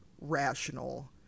rational